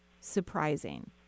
surprising